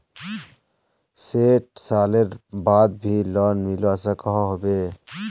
सैट सालेर बाद भी लोन मिलवा सकोहो होबे?